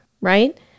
right